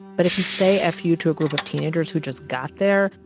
but if you say f you to a group of teenagers who just got there,